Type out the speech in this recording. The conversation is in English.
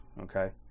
okay